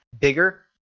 bigger